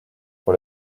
pour